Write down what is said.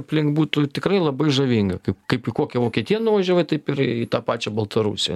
aplink būtų tikrai labai žavinga kaip kaip į kokią vokietiją nuvažiavai taip ir į tą pačią baltarusiją